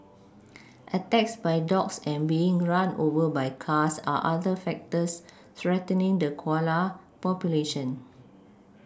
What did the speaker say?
attacks by dogs and being run over by cars are other factors threatening the koala population